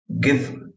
give